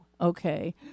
Okay